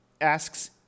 Asks